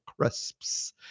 crisps